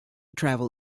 travel